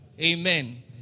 Amen